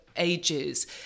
ages